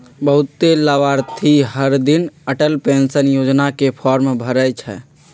बहुते लाभार्थी हरदिन अटल पेंशन योजना के फॉर्म भरई छई